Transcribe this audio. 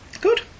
Good